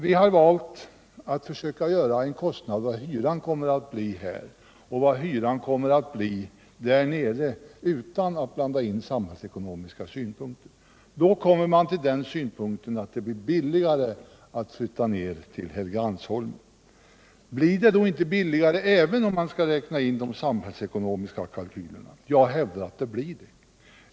Vi har valt att försöka göra en beräkning av vad hyran kan bli här vid Sergels torg och vad hyran kan bli på Helgeandsholmen — utan att blanda in samhällsekonomiska synpunkter. Då kommer man fram till att det blir billigare för riksdagen att flytta ner till Helgeandsholmen. Blir det då inte billigare även om man tar med de samhällsekonomiska kalkylerna i beräkningen? Jo, jag hävdar att det blir det.